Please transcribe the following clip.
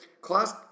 Class